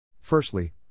Firstly